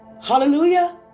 Hallelujah